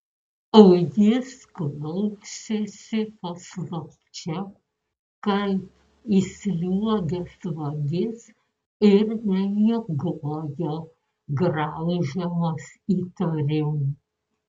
o jis klausėsi paslapčia kaip įsliuogęs vagis ir nemiegojo graužiamas įtarimų